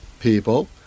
people